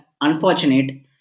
unfortunate